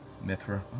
Mithra